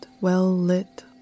well-lit